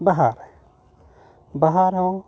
ᱵᱟᱦᱟ ᱨᱮ ᱵᱟᱦᱟ ᱨᱮᱦᱚᱸ